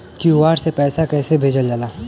QR से पैसा कैसे भेजल जाला?